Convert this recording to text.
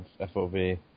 FOV